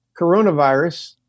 coronavirus